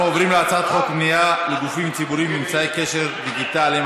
אנחנו עוברים להצעת חוק פנייה לגופים ציבוריים באמצעי קשר דיגיטליים,